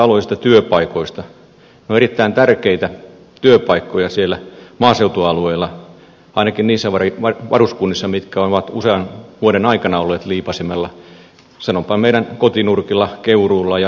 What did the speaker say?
ne ovat erittäin tärkeitä työpaikkoja siellä maaseutualueilla ainakin niissä varuskunnissa mitkä ovat usean vuoden aikana olleet liipaisimella samoin on meidän kotinurkilla keuruulla ja esimerkiksi hallissa